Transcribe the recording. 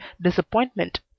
disappointment